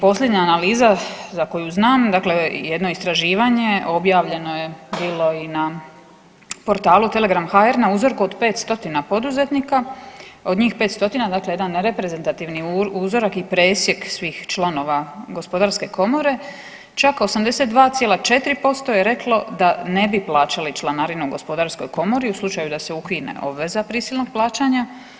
Posljednja analiza za koju znam dakle jedno istraživanje objavljeno je bilo i na portalu Telegram.hr na uzorku od 500 poduzetnika, od njih 500 dakle jedan reprezentativni uzorak i presjek svih članove gospodarske komore, čak 82,4% je reklo da ne bi plaćali članarinu gospodarskoj komori u slučaju da se ukine obveza prisilnog plaćanja.